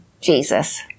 Jesus